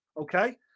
Okay